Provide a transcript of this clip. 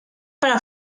para